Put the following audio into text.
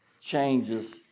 changes